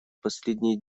последнее